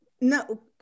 No